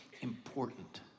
important